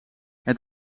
het